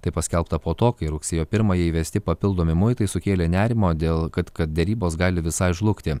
tai paskelbta po to kai rugsėjo pirmąją įvesti papildomi muitai sukėlė nerimo dėl kad kad derybos gali visai žlugti